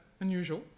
unusual